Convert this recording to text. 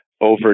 over